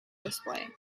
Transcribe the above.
display